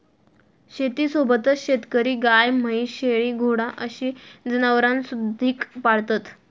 शेतीसोबतच शेतकरी गाय, म्हैस, शेळी, घोडा अशी जनावरांसुधिक पाळतत